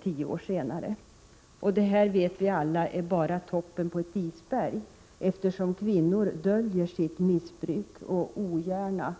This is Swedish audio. Alla vet vi att det här dock bara är toppen av ett isberg. Kvinnor döljer ju sitt missbruk, och de